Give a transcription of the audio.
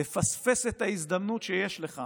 תפספס את ההזדמנות שיש לך